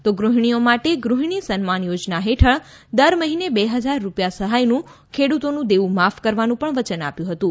તો ગૃહિણીઓ માટે ગૃહિણી સન્માન યોજના હેઠળ દર મહિને બે હજાર રૂપિયા સહાયનું ખેડૂતોનું દેવું માફ કરવાનું પણ વચન આપ્યું હતું